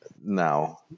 now